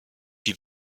die